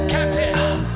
Captain